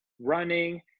running